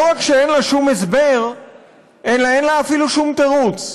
לא רק שאין לה שום הסבר אלא אין לה אפילו שום תירוץ.